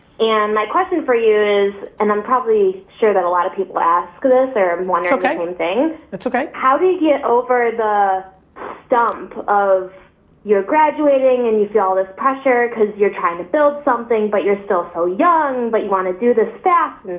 and my question for you is, and i'm probably sure that a lot of people ask this, or wondering the same thing. it's okay. how do you get over the stump of you're graduating and you feel all this pressure cause you're trying to build something, but you're still so young but you wanna do this fast,